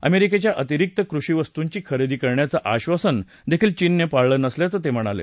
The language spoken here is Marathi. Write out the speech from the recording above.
अमेरिकेच्या अतिरिक्त कृषी वस्तूंची खरेदी करण्याचं आधासन देखील चीननं पाळलं नसल्याचं ते म्हणाले